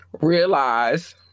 Realize